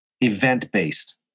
event-based